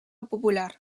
popular